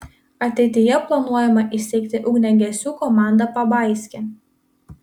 ateityje planuojama įsteigti ugniagesių komandą pabaiske